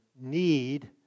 need